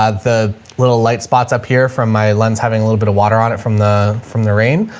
ah the little light spots up here from my lens, having a little bit of water on it from the, from the rain.